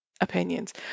opinions